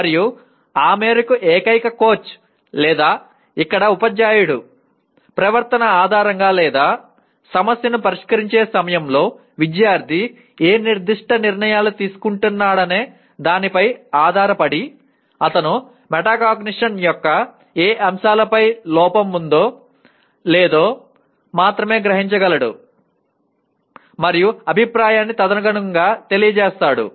మరియు ఆ మేరకు ఏకైక కోచ్ లేదా ఇక్కడ ఉపాధ్యాయుడు ప్రవర్తన ఆధారంగా లేదా సమస్యను పరిష్కరించే సమయంలో విద్యార్థి ఏ నిర్దిష్ట నిర్ణయాలు తీసుకుంటున్నాడనే దానిపై ఆధారపడి అతను మెటాకాగ్నిషన్ యొక్క ఏ అంశాలపై లోపం ఉందో లేదో మాత్రమే గ్రహించగలడు మరియు అభిప్రాయాన్ని తదనుగుణంగా తెలియజేస్తాడు